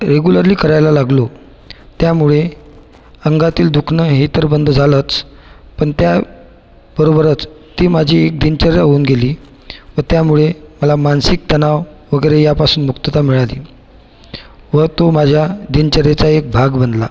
regularly करायला लागलो त्यामुळे अंगातील दुखणं हे तर बंद झालंच पण त्या बरोबरच ती माझी एक दिनचर्या होऊन गेली व त्यामुळे मला मानसिक तणाव वगैरे यापासून मुक्तता मिळाली व तो माझ्या दिनचर्येचा एक भाग बनला